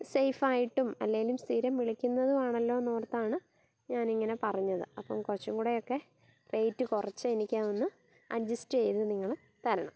സേയ്ഫായിട്ടും അല്ലേലും സ്ഥിരം വിളിക്കുന്നത് ആണല്ലോന്നോർത്താണ് ഞാൻ ഇങ്ങനെ പറഞ്ഞത് അപ്പം കുറച്ചും കൂടെയൊക്കെ റേറ്റ് കുറച്ച് എനിക്ക് അതൊന്ന് അഡ്ജസ്റ്റ് ചെയ്ത് നിങ്ങൾ തരണം